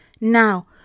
Now